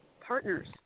partners